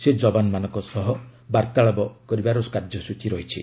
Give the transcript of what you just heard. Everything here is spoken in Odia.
ସେ ଯବାନମାନଙ୍କ ସହ ବାର୍ତ୍ତାଳାପ କରିବାର କାର୍ଯ୍ୟସୂଚୀ ରହିଛି